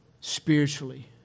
spiritually